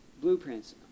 Blueprints